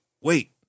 wait